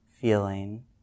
feeling